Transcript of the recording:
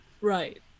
Right